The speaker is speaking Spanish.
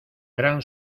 gran